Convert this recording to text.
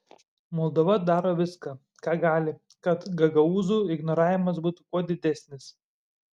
moldova daro viską ką gali kad gagaūzų ignoravimas būtų kuo didesnis